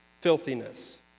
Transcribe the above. filthiness